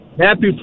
happy